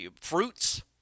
Fruits